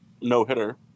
no-hitter